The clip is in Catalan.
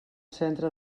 centre